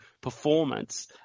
performance